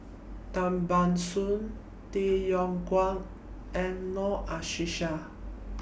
Tan Ban Soon Tay Yong Kwang and Noor Aishah